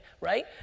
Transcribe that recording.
right